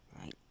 Right